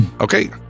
Okay